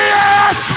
yes